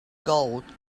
gold